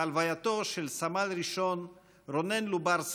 בהלווייתו של סמל ראשון רונן לוברסקי,